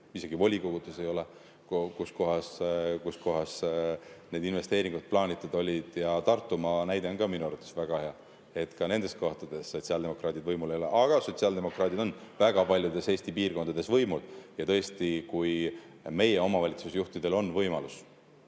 isegi volikogudes ei ole, kuhu need investeeringud plaanitud olid. Tartumaa näide on minu arvates ka väga hea. Ka seal sotsiaaldemokraadid võimul ei ole. Aga sotsiaaldemokraadid on väga paljudes Eesti piirkondades võimul. Ja tõesti, kui meie omavalitsusjuhtidel on võimalus,